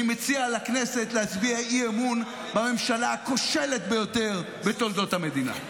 אני מציע לכנסת להצביע אי-אמון בממשלה הכושלת ביותר בתולדות המדינה.